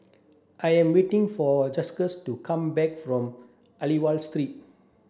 I am waiting for Justus to come back from Aliwal Street